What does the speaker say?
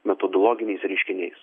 metodologiniais reiškiniais